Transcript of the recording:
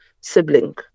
sibling